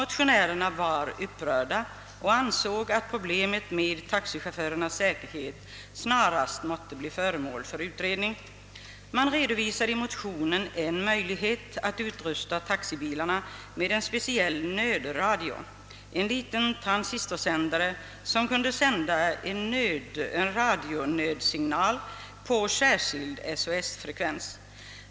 Motionärerna var upprörda och ansåg att problemet med taxichaufförernas säkerhet snarast måste bli föremål för utredning. Man redovisade i motionen en möjlighet att utrusta taxibilarna med en speciell nödradio, en liten transistorsändare som kunde sända en nödsignal på särskild SOS-frekvens.